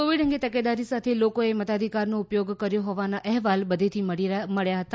Covid અંગે તકેદારી સાથે લોકોએ મતાધિકારનો ઉપયોગ કર્યો હોવાના અહેવાલ બધે થી મળ્યા છે